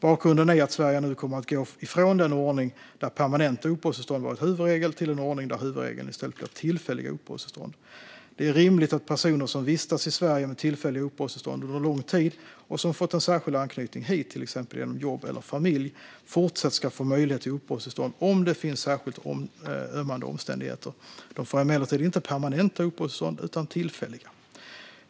Bakgrunden är att Sverige nu kommer att gå ifrån en ordning där permanenta uppehållstillstånd varit huvudregel till en ordning där huvudregeln i stället blir tillfälliga uppehållstillstånd. Det är rimligt att personer som vistas i Sverige med tillfälliga uppehållstillstånd under lång tid och som fått en särskild anknytning hit, till exempel genom jobb eller familj, i fortsättningen ska få möjlighet till uppehållstillstånd om det finns särskilt ömmande omständigheter. De får emellertid inte permanenta uppehållstillstånd, utan tillfälliga.